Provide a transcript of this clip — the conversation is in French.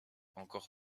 encore